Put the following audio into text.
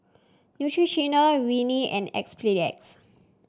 Neutrogena Rene and Enzyplex